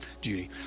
Judy